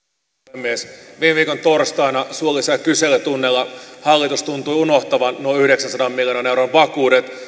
puhemies viime viikon torstaina suullisella kyselytunnilla hallitus tuntui unohtavan nuo yhdeksänsadan miljoonan euron vakuudet tuntuu